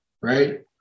Right